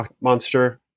monster